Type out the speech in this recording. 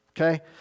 Okay